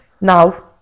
Now